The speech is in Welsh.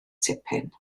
tipyn